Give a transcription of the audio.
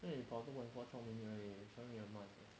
then 你跑 two point four twelve minute eh twelve minute 很慢